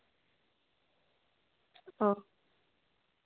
ᱚ